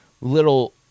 little